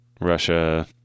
Russia